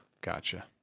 gotcha